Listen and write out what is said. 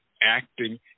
acting